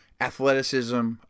athleticism